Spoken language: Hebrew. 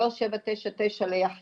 שלושת אלפים שבע מאות תשעים ותשעה ליחיד,